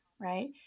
right